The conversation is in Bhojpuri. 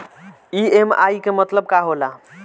ई.एम.आई के मतलब का होला?